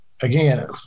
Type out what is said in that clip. again